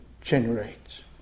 generates